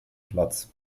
platz